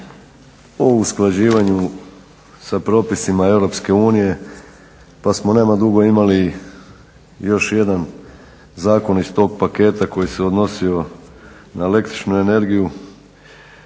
o usklađivanju sad propisima EU pa smo nema dugo imali još jedan zakon iz tog paketa koji se odnosio na električnu energiju